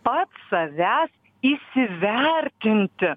pats savęs įsivertinti